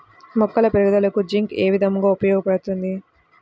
మొక్కల పెరుగుదలకు జింక్ ఏ విధముగా ఉపయోగపడుతుంది?